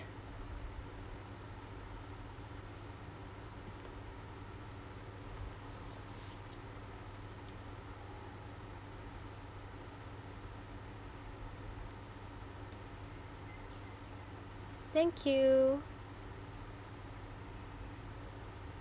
thank you